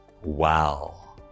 Wow